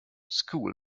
school